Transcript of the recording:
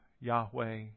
Yahweh